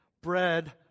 bread